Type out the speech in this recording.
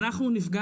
אנחנו,